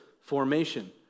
formation